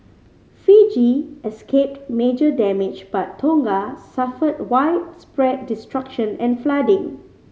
Fiji escaped major damage but Tonga suffered widespread destruction and flooding